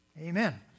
Amen